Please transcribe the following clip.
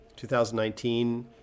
2019